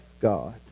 God